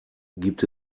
gibt